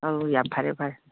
ꯑꯥꯎ ꯌꯥꯝ ꯐꯔꯦ ꯐꯔꯦ